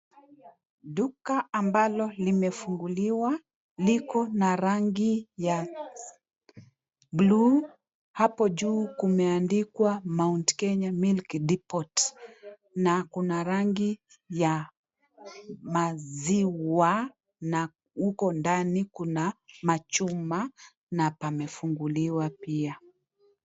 Duka ambalo limefunguliwa liko na rangi ya blue . Hapo juu kumeandikwa " Mt Kenya Milk Deport " na kuna rangi ya maziwa na huko ndani kuna machuma na pamefunguliwa pia.